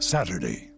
Saturday